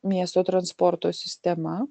miesto transporto sistema